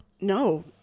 No